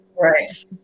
Right